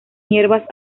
hierbas